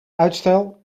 uitstel